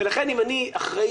לכן אם אני אחראי,